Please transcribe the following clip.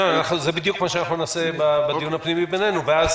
זה בדיוק מה נעשה בדיון הפנימי בינינו ואז